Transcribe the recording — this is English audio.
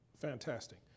Fantastic